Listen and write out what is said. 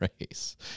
race